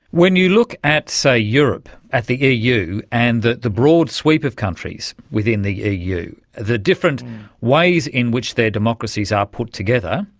when you look at, say, europe, at the ah eu, and the the broad sweep of countries within the ah eu, the different ways in which their democracies are put together,